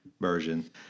Version